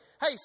Hey